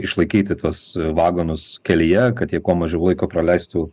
išlaikyti tuos vagonus kelyje kad jie kuo mažiau laiko praleistų